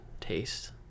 taste